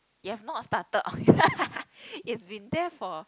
you have not started on it has been there for